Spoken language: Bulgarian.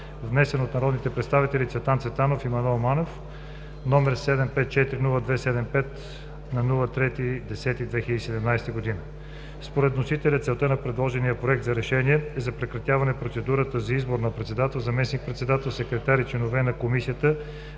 внесен от народните представители Цветан Цветанов и Маноил Манев, № 754 02-75 на 3 октомври 2017 г. Според вносителя целта на предложения Проект за решение е за прекратяване процедурата за избор на председател, заместник-председател, секретар и членове на Комисията